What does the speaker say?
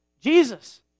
Jesus